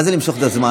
מה זה למשוך את הזמן?